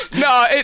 No